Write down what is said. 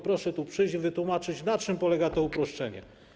Proszę tu przyjść i wytłumaczyć, na czym polega to uproszczenie.